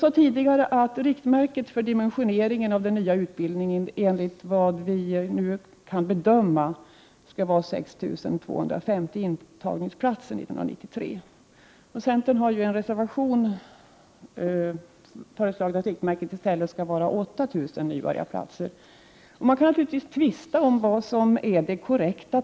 Som jag tidigare sade är riktmärket för dimensioneringen av den nya utbildningen, enligt vad vi nu kan bedöma, 6 250 intagningsplatser år 1993. Centern har i en reservation föreslagit att riktmärket i stället skall vara 8 000 nybörjarplatser. Man kan naturligtvis tvista om vilket tal som är det korrekta.